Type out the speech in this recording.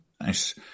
Nice